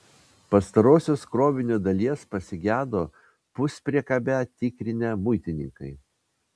pastarosios krovinio dalies pasigedo puspriekabę tikrinę muitininkai